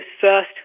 first